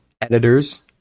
editors